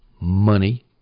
money